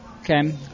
okay